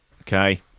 okay